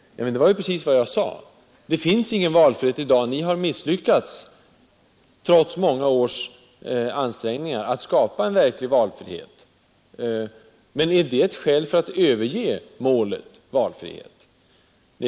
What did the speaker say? Ja, det var ju precis vad jag sade: det finns ingen valfrihet i dag. Ni har trots många års ansträngningar misslyckats att skapa en verklig valfrihet. Men är det ett skäl för att överge målet — valfrihet?